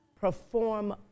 perform